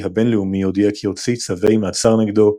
הבין-לאומי הודיע כי הוציא צווי מעצר נגדו,